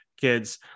kids